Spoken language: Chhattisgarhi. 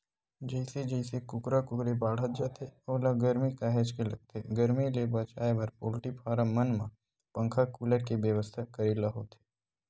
जइसे जइसे कुकरा कुकरी बाड़हत जाथे ओला गरमी काहेच के लगथे गरमी ले बचाए बर पोल्टी फारम मन म पंखा कूलर के बेवस्था करे ल होथे